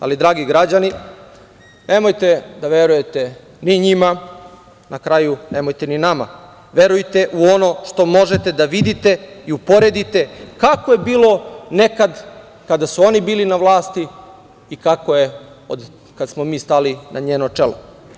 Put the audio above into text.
Ali, dragi građani, nemojte da verujete ni njima, na kraju, nemojte ni nama, verujte u ono što možete da vidite i uporedite kako je bilo nekad kada su oni bili na vlasti i kako je od kad smo mi stali na njeno čelo.